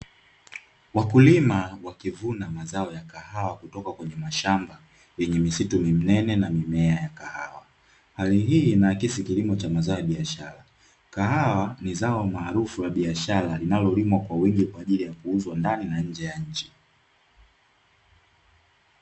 Wakulima wakivuna mazao ya kahawa kutoka kwenye mashamba yenye misitu mnene na mimea ya kahawa, hali hii inaakisi kilimo cha mazao ya biashara. Kahawa ni zao maarufu la biashara linalolimwa kwa wingi kwa ajili ya kuuzwa ndani na nje ya nchi.